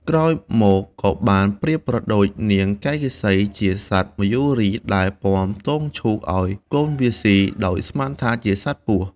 ក្រោយមកក៏បានប្រៀបប្រដូចនាងកៃកេសីជាសត្វមយូរីដែល ពាំទងឈូកឱ្យកូនវាស៊ី ដោយស្មានថាជាសត្វពស់។